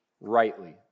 rightly